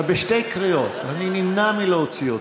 אתה בשתי קריאות, אני נמנע מלהוציא אותך.